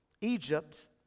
Egypt